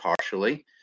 partially